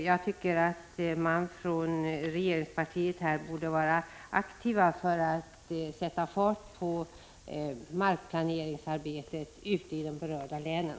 Jag tycker att regerings TURSdepare :: z 3 ;, mentets budgetpartiet skall vara aktivt och sätta fart på markplaneringsarbetet ute i de försl berörda länen.